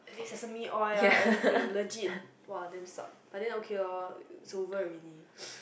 sesame oil ah everything legit !wow! damn suck but then okay loh is over already